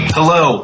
Hello